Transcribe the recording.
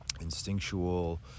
instinctual